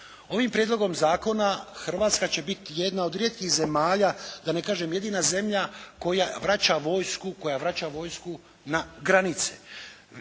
Ovim Prijedlogom zakona Hrvatska će biti jedna od rijetkih zemalja, da ne kažem jedina zemlja koja vraća vojsku na granice.